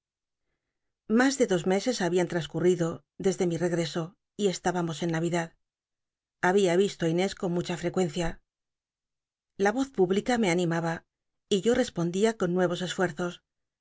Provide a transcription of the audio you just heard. mas de dos meses habían trascurrido desde mi regreso y estábamos en navidad había visto á inés con mucha frecuencia la voz pública me animaba y yo respondía con nuevos esfuerzos